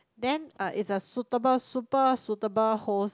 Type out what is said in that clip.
then uh it's a suitable super suitable host